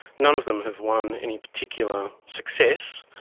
none of them have won any particular success.